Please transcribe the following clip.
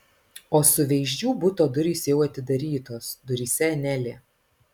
o suveizdžių buto durys jau atidarytos duryse anelė